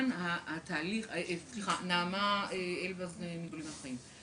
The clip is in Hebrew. נעמה אלבז מגדולים מהחיים.